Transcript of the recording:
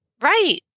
Right